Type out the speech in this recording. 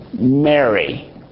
Mary